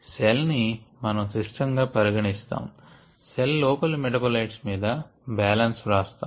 cell ని మన system గా పరిగణిస్తాము సెల్ లోపలి మెటాబోలైట్స్ మీద బ్యాలెన్స్ వ్రాస్తాము